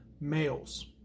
Males